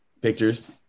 pictures